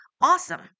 awesome